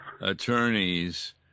attorneys